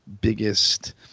biggest